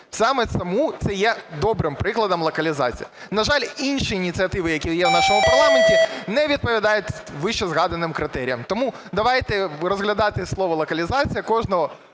Саме тому це є добрим прикладом локалізація. На жаль, інші ініціативи, які є в нашому парламенті, не відповідають вище згаданим критеріям. Тому давайте розглядати слово "локалізація" кожного